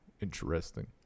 Interesting